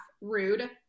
rude